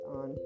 on